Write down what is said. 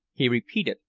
he repeated,